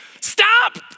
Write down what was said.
Stop